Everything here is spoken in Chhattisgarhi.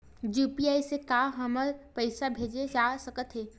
यू.पी.आई से का हमर पईसा भेजा सकत हे?